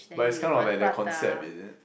but it's kind of like that concept isn't it